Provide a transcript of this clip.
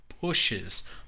pushes